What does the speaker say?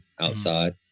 outside